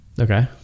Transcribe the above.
okay